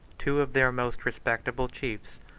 two of their most respectable chiefs,